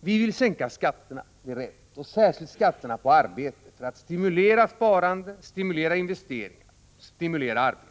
Vi vill sänka skatterna — det är riktigt. Det gäller särskilt skatterna på arbete som vi vill sänka för att stimulera sparande, stimulera investeringar och stimulera arbete.